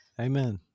Amen